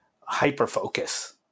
hyper-focus